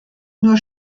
nur